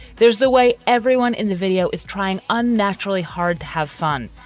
there's the way everyone in the video is trying unnaturally hard to have fun.